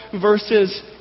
verses